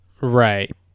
Right